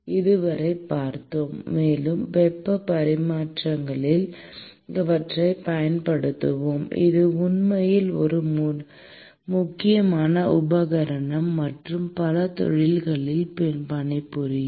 இதுவரை பார்த்தோம் மேலும் வெப்பப் பரிமாற்றிகளில் இவற்றைப் பயன்படுத்துவோம் இது உண்மையில் ஒரு முக்கியமான உபகரணம் மற்றும் பல தொழில்களில் பணிபுரியும்